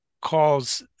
calls